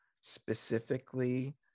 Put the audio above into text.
specifically